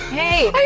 hey.